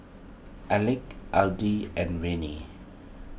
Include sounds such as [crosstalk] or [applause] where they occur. Alec [unintelligible] and Viney